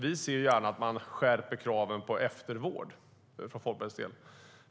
Vi ser gärna att man skärper kraven på eftervård.